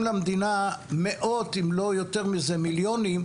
למדינה מאוד אם לא יותר מזה מיליוני שקלים,